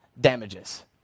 damages